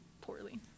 poorly